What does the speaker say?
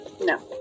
No